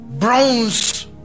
Bronze